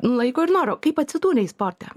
laiko ir noro kaip atsidūnei sporte